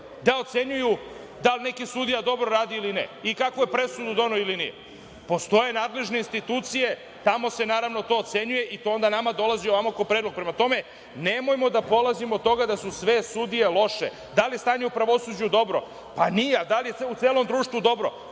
da ocenjuju da li neki sudija dobro radi ili ne i kakvu je presudu doneo ili nije? Postoje nadležne institucije, tamo se naravno to ocenjuje i to onda nama dolazi ovamo kao predlog. Prema tome, nemojmo da polazimo od toga da su sve sudije loše. Da li je stanje u pravosuđu dobro? Pa nije. Da lije u celom društvu dobro?